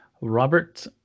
Robert